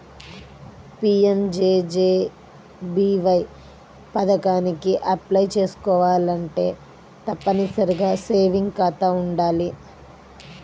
PMJJBY పథకానికి apply చేసుకోవాలంటే తప్పనిసరిగా సేవింగ్స్ ఖాతా వుండాలి